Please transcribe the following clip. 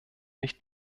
nicht